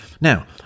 Now